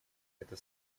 эта